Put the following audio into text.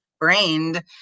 brained